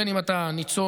שאם אתה ניצול,